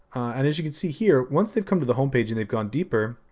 and as you can see here, once they've come to the homepage and they've gone deeper,